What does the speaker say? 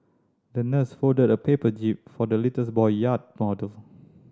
the nurse folded a paper jib for the little boy yacht model